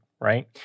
right